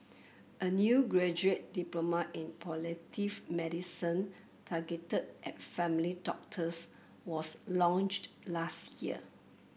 a new graduate diploma in palliative medicine targeted at family doctors was launched last year